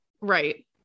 Right